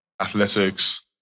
athletics